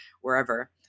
wherever